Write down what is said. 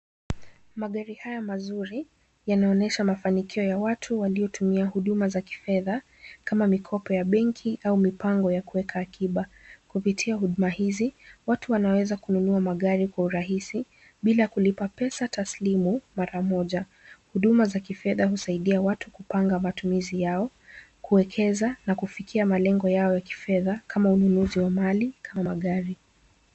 Magari haya mazuri yanaonyesha mafanikio ya watu waliotumia huduma za kifedha kama mikopo ya benki au mipango ya kuweka akiba. Kupitia huduma hizi, watu wanaweza kununua magari kwa urahisi bila kulipa pesa taslimu mara moja. Huduma za kifedha husaidia watu kupanga matumizi yao, kuekeza na kufikia malengo yao ya kifedha kama ununuzi wa mali kama magari.